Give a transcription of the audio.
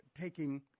taking